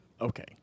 Okay